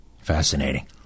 Fascinating